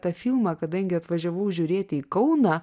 tą filmą kadangi atvažiavau žiūrėti į kauną